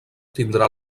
tindrà